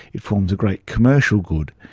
it forms a great commercial good.